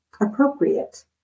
appropriate